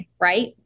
right